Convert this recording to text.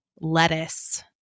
lettuce